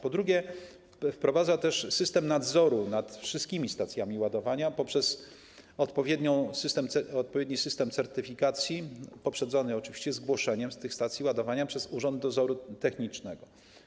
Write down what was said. Po drugie, wprowadza też system nadzoru nad wszystkimi stacjami ładowania poprzez odpowiedni system certyfikacji poprzedzony oczywiście zgłoszeniem tych stacji ładowania przez Urząd Dozoru Technicznego.